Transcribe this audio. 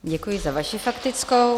Děkuji za vaši faktickou.